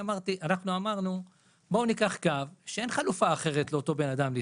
רצינו לקחת קו שלאדם אין חלופה אחרת במקומו כדי לנסוע.